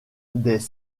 des